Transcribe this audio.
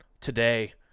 today